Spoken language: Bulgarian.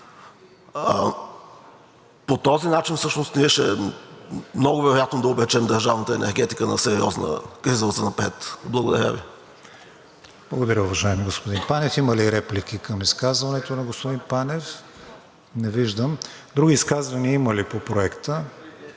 по този начин всъщност ние много вероятно е да обречем държавната енергетика в сериозна криза занапред. Благодаря Ви. ПРЕДСЕДАТЕЛ КРИСТИАН ВИГЕНИН: Благодаря, уважаеми господин Панев. Има ли реплики към изказването на господин Панев? Не виждам. Други изказвания има ли по Проекта?